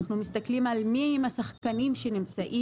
אנחנו מסתכלים על מי הם השחקנים שנמצאים